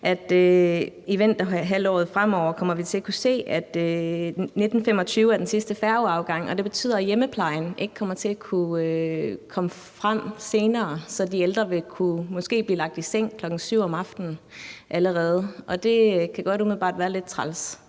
i vinterhalvåret fremover kommer til at kunne se, at den sidste færgeafgang er kl. 19.25. Det betyder, at hjemmeplejen ikke kommer til at kunne komme frem senere, så de ældre måske vil blive lagt i seng allerede kl. 7 om aftenen. Og det kan godt umiddelbart være lidt træls.